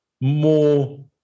more